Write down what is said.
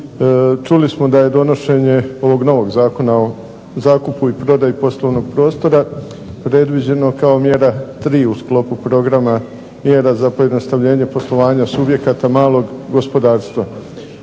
Čuli smo da je donošenje ovog novog Zakona o zakupu i prodaji poslovnog prostora predviđeno kao mjera 3. u sklopu programa mjera za pojednostavljenje poslovanja subjekata malog gospodarstva.